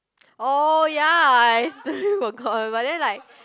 oh ya I totally forgot but then like